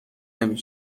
نمی